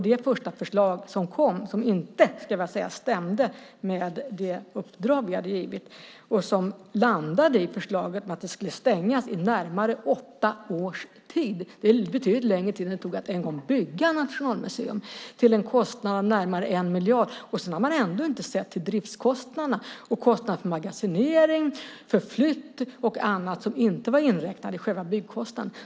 Det första förslaget som kom stämde inte, skulle jag vilja säga, med det uppdrag vi hade givit. Det landade i förslaget att det skulle stängas i närmare åtta års tid - det är betydligt längre tid än det tog att en gång bygga Nationalmuseum - till en kostnad av närmare 1 miljard. Då hade man ändå inte sett till driftskostnaderna och kostnaderna för magasinering, flytt och annat som inte var inräknat i själva byggkostnaden.